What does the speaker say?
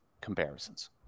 comparisons